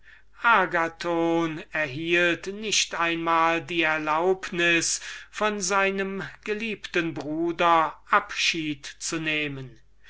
agathon erhielt nicht einmal die erlaubnis von seinem geliebten bruder abschied zu nehmen